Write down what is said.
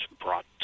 brought